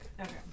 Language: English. Okay